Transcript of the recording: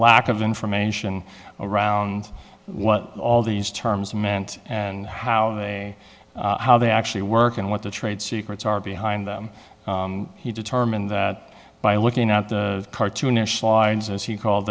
lack of information around what all these terms meant and how they how they actually work and what the trade secrets are behind them he determined that by looking at the cartoonish lines as he called